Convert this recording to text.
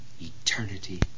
Eternity